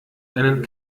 einen